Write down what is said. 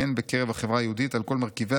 הן בקרב החברה היהודית על כל מרכיביה